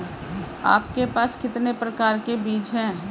आपके पास कितने प्रकार के बीज हैं?